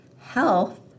health